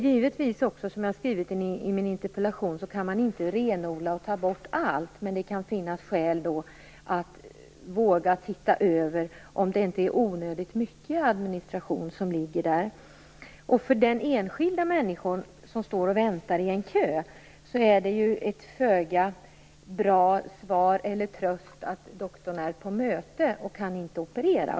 Givetvis, som jag skrivit i min interpellation, kan man inte renodla och ta bort allt, men det kan finnas skäl att våga titta över om det inte är onödigt mycket administration som ligger på läkarna. För den enskilda människa som står och väntar i en kö är det en föga bra tröst att doktorn är på möte och inte kan operera.